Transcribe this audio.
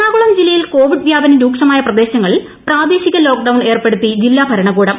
Ernakulam lockdown Ernakulam ജില്ലയിൽ Covid വ്യാപനം രൂക്ഷമായ പ്രദേശങ്ങളിൽ പ്രാദേശിക ലോക്ക്ഡൌൺ ഏർപ്പെടുത്തി ജില്ലാഭരണകൂടം